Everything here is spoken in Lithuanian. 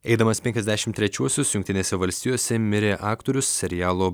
eidamas penkiasdešimt trečiuosius jungtinėse valstijose mirė aktorius serialo